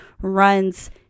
runs